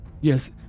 Yes